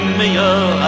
meilleur